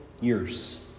years